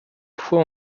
fois